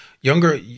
Younger